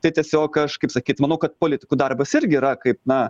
tai tiesiog aš kaip sakyt manau kad politikų darbas irgi yra kaip na